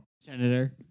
Senator